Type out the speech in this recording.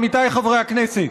עמיתיי חברי הכנסת,